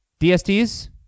DSTs